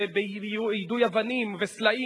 ביידוי אבנים וסלעים